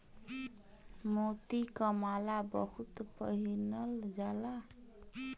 मोती क माला बहुत पहिनल जाला